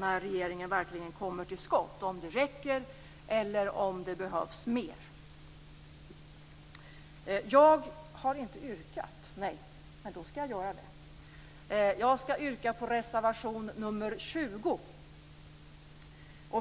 när regeringen verkligen kommer till skott om det räcker eller om det behövs mer. Jag yrkar bifall till reservation nr 20.